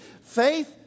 faith